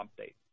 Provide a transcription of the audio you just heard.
update